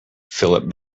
philip